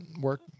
work